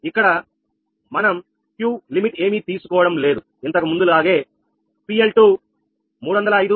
ఇక్కడ మనం Q limit ఏమీ తీసుకోవడం లేదు ఇంతకు ముందు లాగే PL2 305